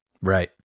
Right